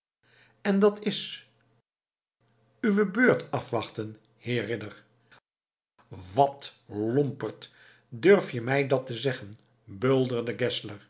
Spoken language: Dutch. en dat is uwe beurt afwachten heer ridder wat lomperd durf je mij dat te zeggen bulderde